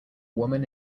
woman